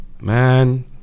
Man